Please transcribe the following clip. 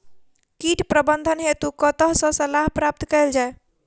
कीट प्रबंधन हेतु कतह सऽ सलाह प्राप्त कैल जाय?